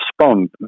respond